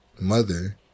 mother